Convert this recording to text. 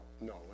No